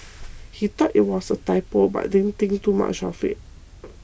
he thought it was a typo but didn't think too much of it